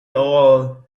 all